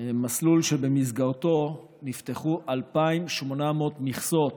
מסלול שבמסגרתו נפתחו 2,800 מכסות